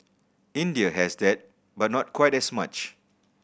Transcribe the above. India has that but not quite as much